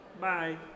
Bye